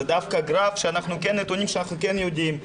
דווקא גרף של נתונים שאנחנו יודעים.